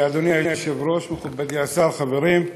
אדוני היושב-ראש, מכובדי השר, חברים,